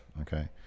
Okay